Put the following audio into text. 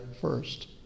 first